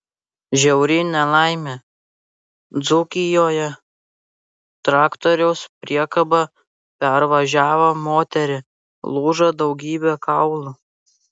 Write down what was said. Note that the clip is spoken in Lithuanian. žiauri nelaimė dzūkijoje traktoriaus priekaba pervažiavo moterį lūžo daugybė kaulų